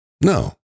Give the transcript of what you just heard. No